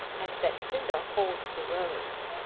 and betsinda holds the rose.